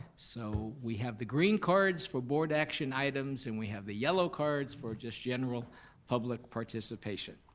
so we have the green cards for board action items, and we have the yellow cards for just general public participation.